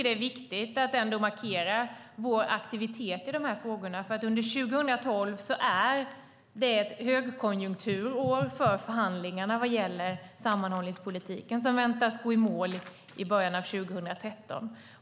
Det är viktigt att markera vår aktivitet i de här frågorna. År 2012 är ett högkonjunkturår för förhandlingarna vad gäller sammanhållningspolitiken, som väntas gå i mål i början av 2013.